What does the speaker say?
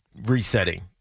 resetting